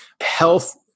health